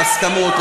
היו הסכמות,